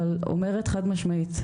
אבל אומרת חד משמעית,